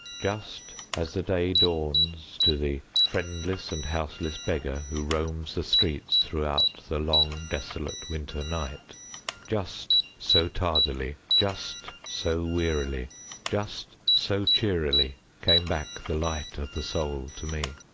just as the day dawns to the friendless and houseless beggar who roams the streets throughout the long desolate winter night just so tardily just so wearily just so cheerily came back the light of the soul to me.